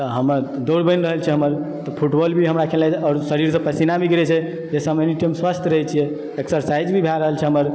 हमर दौड़ बनि रहल छै हमर तऽ फुटबॉल भी हमरा खेलाइ छी आओर शरीरसँ पसीना भी गिरैत छै जाहिसँ हम एनी टाइम स्वास्थ्य रहय छियै एक्सरसाइज भी भए रहल छै हमर